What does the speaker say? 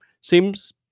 seems